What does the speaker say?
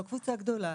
לא קבוצה גדולה,